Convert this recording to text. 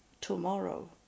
tomorrow